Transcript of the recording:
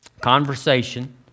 conversation